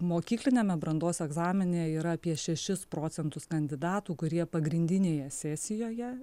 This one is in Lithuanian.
mokykliniame brandos egzamine yra apie šešis procentus kandidatų kurie pagrindinėje sesijoje